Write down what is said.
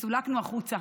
וסולקנו החוצה.